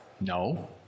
No